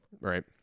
right